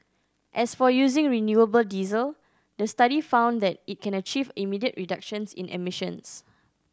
as for using renewable diesel the study found that it can achieve immediate reductions in emissions